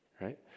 right